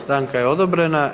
Stanka je odobrena.